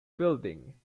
building